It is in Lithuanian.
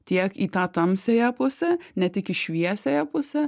tiek į tą tamsiąją pusę ne tik į šviesiąją pusę